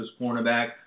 cornerback